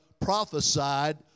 Prophesied